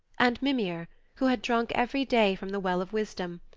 and mimir, who had drunk every day from the well of wisdom,